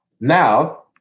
Now